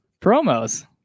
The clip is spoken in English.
promos